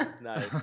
Nice